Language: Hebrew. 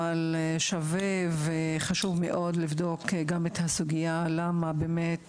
אבל שווה וחשוב מאוד לבדוק גם את הסוגייה של למה באמת